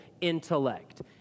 intellect